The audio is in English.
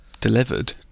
Delivered